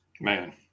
man